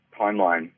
timeline